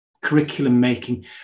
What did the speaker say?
curriculum-making